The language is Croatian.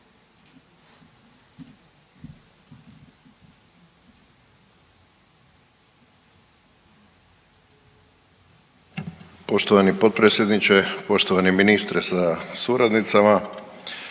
Poštovani potpredsjedniče, poštovani ministre sa suradnicima,